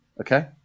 Okay